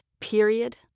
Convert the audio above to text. period